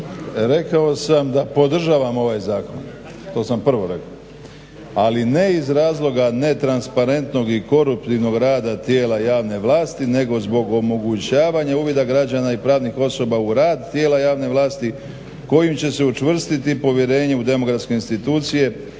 "Rekao sam da podržavam ovaj zakon.", to sam prvo rekao, ali ne iz razloga netransparentnog i koruptivnog rada tijela javne vlasti nego zbog omogućavanja uvida građana i pravnih osoba u rad tijela javne vlasti kojim će se učvrstiti povjerenje u demokratske institucije